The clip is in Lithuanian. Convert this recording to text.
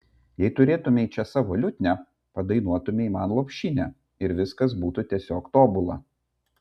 jei turėtumei čia savo liutnią padainuotumei man lopšinę ir viskas būtų tiesiog tobula